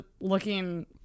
looking